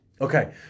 Okay